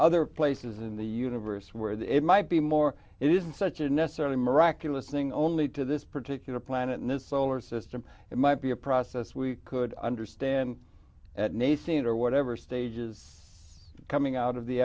other places in the universe where that might be more it isn't such a necessarily miraculous thing only to this particular planet in a solar system it might be a process we could understand nathan or whatever stages coming out of the